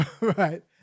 right